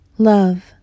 Love